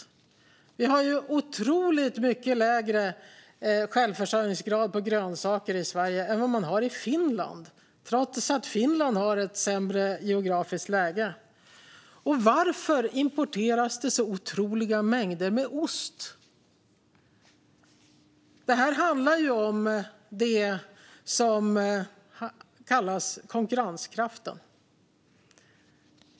Vi i Sverige har en otroligt mycket lägre självförsörjningsgrad när det gäller grönsaker än vad man har i Finland, trots att Finland har ett sämre geografiskt läge. Varför importeras det otroliga mängder med ost? Detta handlar om det som kallas konkurrenskraft.